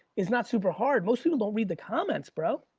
is not super hard. most people don't read the comments, bro.